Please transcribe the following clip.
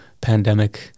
pandemic